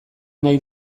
nahi